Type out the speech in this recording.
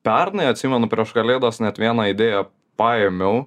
pernai atsimenu prieš kalėdas net vieną idėją paėmiau